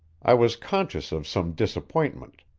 i was conscious of some disappointment,